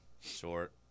Short